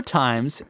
times